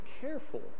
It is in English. careful